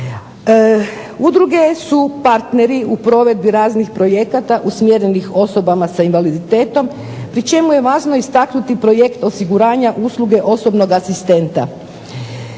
Udruge su partneri u provedbi raznih projekata usmjerenih osobama s invaliditetom, pri čemu je važno istaknuti projekt osiguranja usluge osobnog asistenta.